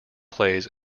plays